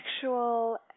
sexual